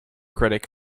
critic